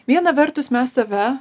viena vertus mes save